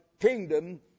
kingdom